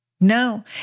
No